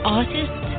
artist